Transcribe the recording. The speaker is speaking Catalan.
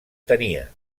tenia